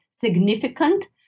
significant